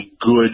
good